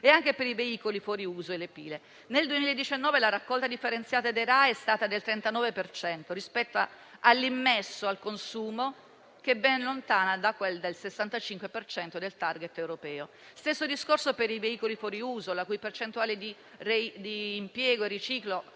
e anche per i veicoli fuori uso e le pile. Nel 2019, la raccolta differenziata dei RAEE è stata del 39 per cento rispetto all'immesso e al consumo, percentuale ben lontana da quel del 65 per cento del *target* europeo. Stesso discorso vale per i veicoli fuori uso, la cui percentuale di impiego e riciclo,